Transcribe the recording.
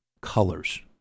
colors